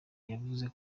yavuze